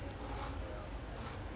oh ya dah ஆமா ஆமா:aamaa aamaa